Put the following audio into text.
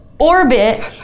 Orbit